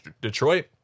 Detroit